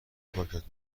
پاکت